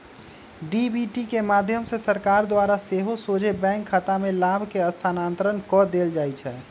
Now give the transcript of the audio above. DBT के माध्यम से सरकार द्वारा सेहो सोझे बैंक खतामें लाभ के स्थानान्तरण कऽ देल जाइ छै